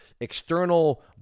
external